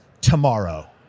tomorrow